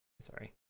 sorry